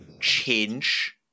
change